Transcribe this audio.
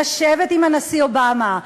לשבת עם הנשיא אובמה,